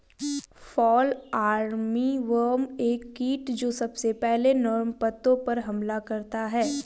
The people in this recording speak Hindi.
फॉल आर्मीवर्म एक कीट जो सबसे पहले नर्म पत्तों पर हमला करता है